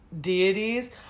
deities